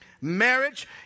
Marriage